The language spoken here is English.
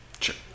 Sure